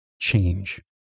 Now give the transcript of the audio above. change